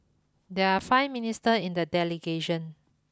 there are five minister in the delegation